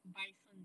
bison